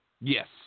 Yes